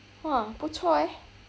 !wah! 不错 eh